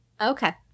Okay